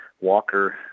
Walker